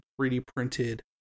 3D-printed